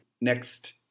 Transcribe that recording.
next